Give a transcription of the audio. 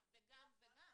וגם.